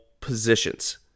positions